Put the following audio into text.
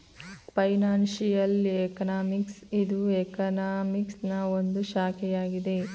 financial economics ಇದು ಎಕನಾಮಿಕ್ಸನಾ ಒಂದು ಶಾಖೆಯಾಗಿದೆ